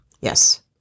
Yes